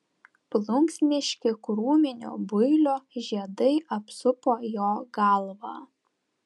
plunksniški krūminio builio žiedai apsupo jo galvą